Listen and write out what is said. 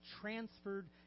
transferred